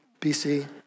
BC